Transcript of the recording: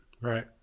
Right